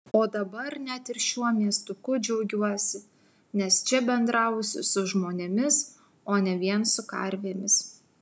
o dabar net ir šiuo miestuku džiaugiuosi nes čia bendrausiu su žmonėmis o ne vien su karvėmis